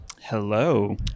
Hello